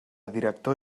director